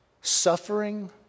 suffering